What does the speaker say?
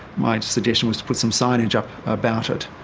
my suggestion was to put some signage up about it.